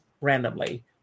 randomly